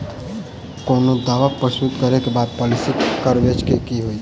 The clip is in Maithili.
कोनो दावा प्रस्तुत करै केँ बाद पॉलिसी कवरेज केँ की होइत?